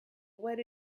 what